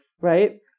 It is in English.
right